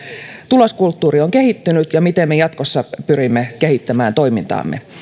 tuloskulttuuri on kehittynyt ja miten me jatkossa pyrimme kehittämään toimintaamme